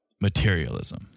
materialism